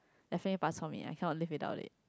definitely bak-chor-mee I cannot live without it